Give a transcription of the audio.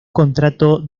contrato